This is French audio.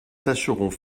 tâcherons